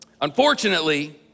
Unfortunately